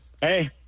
Hey